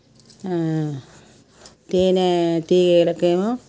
తేనె తీగలకి ఏమో